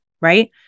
right